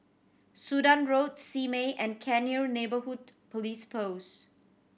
Sudan Road Simei and Cairnhill Neighbourhood Police Post